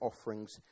offerings